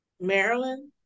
Maryland